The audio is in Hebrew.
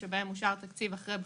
המספרים, בהתאם לגודל הסיעה.